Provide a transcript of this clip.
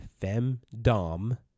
femdom